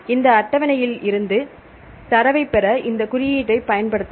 இந்த அட்டவணையில் இருந்து தரவைப் பெற இந்த குறியீட்டைப் பயன்படுத்தலாம்